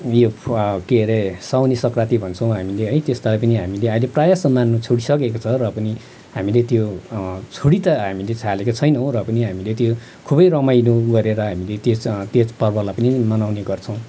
यो के अरे साउने सङ्क्रान्ति भन्छौँ हामीले है त्यस्तालाई पनि हामीले अहिले प्राय जसो मान्नु छुडिसकेको छ र पनि हामीले त्यो छोडी त हामीले हालेको छैनौँ र पनि हामीले त्यो खुबै रमाइलो गरेर हामीले तिज तिज पर्वलाई पनि मनाउने गर्छौँ